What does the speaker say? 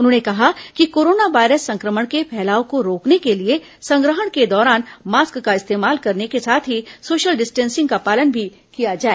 उन्होंने कहा है कि कोरोना वायरस संक्रमण के फैलाव को रोकने के लिए संग्रहण के दौरान मास्क का इस्तेमाल करने के साथ ही सोशल डिस्टेसिंग का पालन भी किया जाए